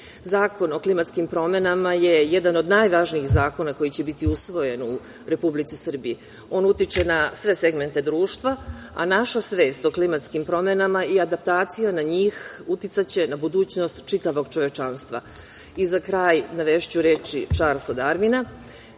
ljudi. Zakon o klimatskim promena je jedan od najvažnijih zakona koji će biti usvojen u Republici Srbiji. On utiče na sve segmente društva, a naša svest o klimatskim promenama i adaptacija na njih uticaće na budućnost čitavog čovečanstva.Za kraj, navešću reči Čarlsa Darvina